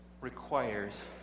requires